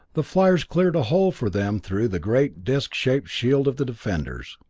the fliers cleared a hole for them through the great disc-shaped shield of the defenders.